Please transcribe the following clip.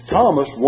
Thomas